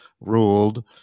ruled